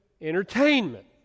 entertainment